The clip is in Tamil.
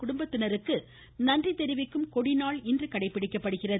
குடும்பத்தினருக்கு நன்றி தெரிவிக்கும் கொடிநாள் இன்று கடைபிடிக்கப்படுகிறது